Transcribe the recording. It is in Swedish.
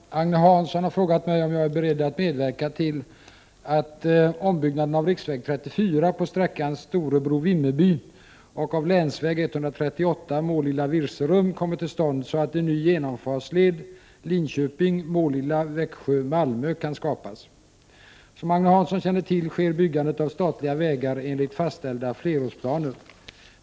Herr talman! Agne Hansson har frågat mig om jag är beredd att medverka till att ombyggnaden av riksväg 34 på sträckan Storebro-Vimmerby och av länsväg 138 Målilla-Virserum kommer till stånd så att en ny genomfartsled Linköping-Målilla-Växjö-Malmö kan skapas. Som Agne Hansson känner till sker byggandet av statliga vägar enligt fastställda flerårsplaner.